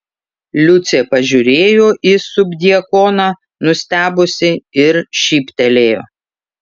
liucė pažiūrėjo į subdiakoną nustebusi ir šyptelėjo